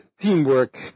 teamwork